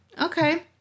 Okay